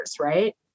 right